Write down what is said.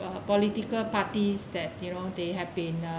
uh political parties that you know they have been uh